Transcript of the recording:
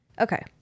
Okay